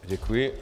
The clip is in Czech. Děkuji.